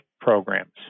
programs